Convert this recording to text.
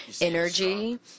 energy